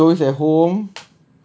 ya because you always at home